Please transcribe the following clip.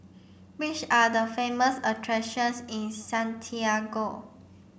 which are the famous attractions in Santiago